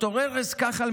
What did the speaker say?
ד"ר ארז כחל,